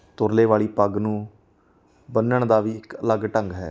ਤੁਰਲੇ ਵਾਲੀ ਪੱਗ ਨੂੰ ਬੰਨ੍ਹਣ ਦਾ ਵੀ ਇੱਕ ਅਲੱਗ ਢੰਗ ਹੈ